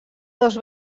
dos